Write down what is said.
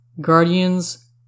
guardians